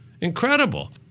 Incredible